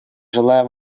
желаю